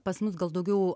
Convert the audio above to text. pas mus gal daugiau